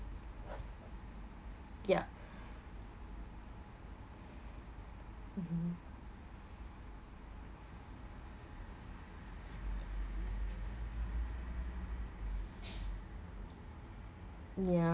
yup mmhmm yeah